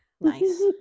Nice